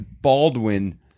Baldwin